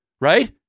right